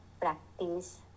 practice